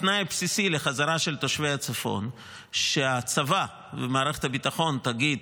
התנאי הבסיסי לחזרה של תושבי הצפון הוא שהצבא ומערכת הביטחון יגידו: